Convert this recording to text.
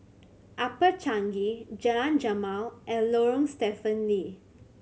Upper Changi Jalan Jamal and Lorong Stephen Lee